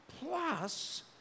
plus